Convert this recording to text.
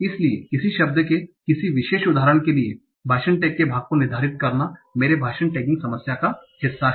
इसलिए किसी शब्द के किसी विशेष उदाहरण के लिए भाषण टैग के भाग को निर्धारित करना मेरे भाषण टैगिंग समस्या का हिस्सा है